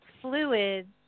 fluids